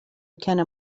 كان